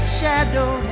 shadow